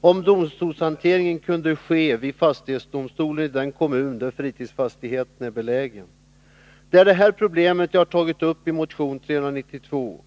om domstolshanteringen kunde ske vid fastighetsdomstolen i den kommun där fritidsfastigheten är belägen. Det är detta problem som jag har tagit upp i motion 392.